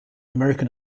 american